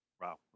Wow